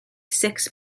six